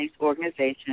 organization